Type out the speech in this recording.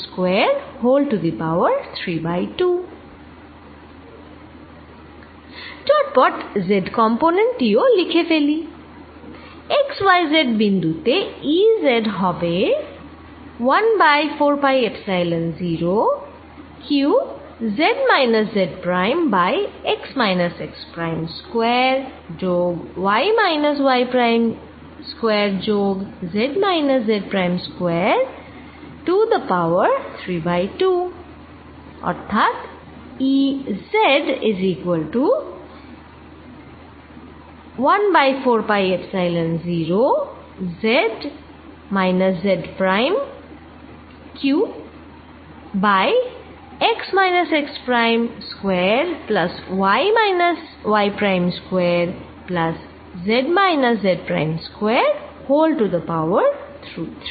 x y z বিন্দু তে E z হবে 1 by 4 pi epsilon 0 q z minus z prime by x minus x prime square যোগ y minus y prime square যোগ z minus z prime square to the power 3 by 2